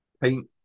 paint